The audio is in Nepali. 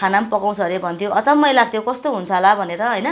खाना पनि पकाउँछ अरे भन्थ्यो अचम्मै लाग्थ्यो कस्तो हुन्छ होला भनेर होइन